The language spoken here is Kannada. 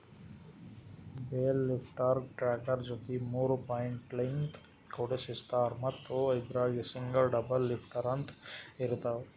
ಬೇಲ್ ಲಿಫ್ಟರ್ಗಾ ಟ್ರ್ಯಾಕ್ಟರ್ ಜೊತಿ ಮೂರ್ ಪಾಯಿಂಟ್ಲಿನ್ತ್ ಕುಡಸಿರ್ತಾರ್ ಮತ್ತ್ ಇದ್ರಾಗ್ ಸಿಂಗಲ್ ಡಬಲ್ ಲಿಫ್ಟರ್ ಅಂತ್ ಇರ್ತವ್